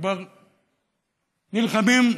שכבר נלחמים,